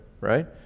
right